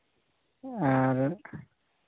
ᱟᱨ